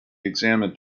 examined